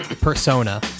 persona